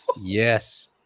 Yes